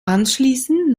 anschließend